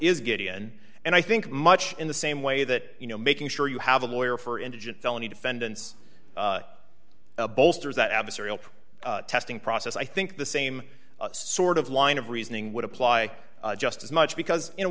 is gideon and i think much in the same way that you know making sure you have a lawyer for indigent felony defendants bolsters that adversarial testing process i think the same sort of line of reasoning would apply just as much because in a